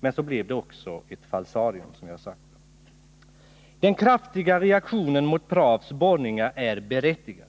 men så blev också dess förslag ett falsarium, som jag sade. Den kraftiga reaktionen mot Pravs borrningar är berättigad.